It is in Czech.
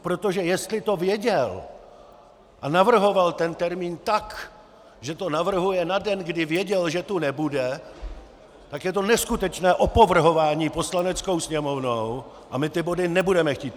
Protože jestli to věděl a navrhoval termín tak, že to navrhuje na den, kdy věděl, že tu nebude, tak je to neskutečné opovrhování Poslaneckou sněmovnou a my ty body nebudeme chtít projednat.